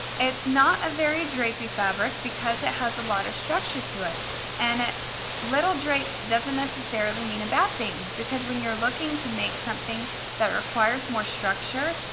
it's not a very drapey fabric because it has a lot of structure to it and a little drape doesn't necessarily mean a bad thing because when you're looking to make something that requires more structure,